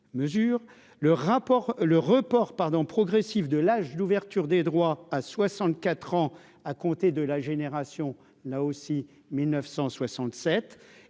pardon progressif de l'âge d'ouverture des droits à 64 ans à compter de la génération là aussi 1000